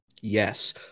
Yes